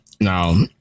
Now